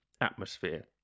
atmosphere